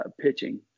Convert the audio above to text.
pitching